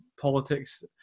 politics